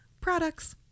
products